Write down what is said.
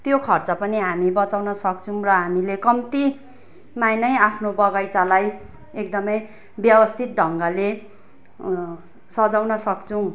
त्यो खर्च पनि हामी बचाउन सक्छौँ र हामीले कम्तीमा नै आफ्नो बगैँचालाई एकदमै व्यवस्थित ढङ्गले सजाउन सक्छौँ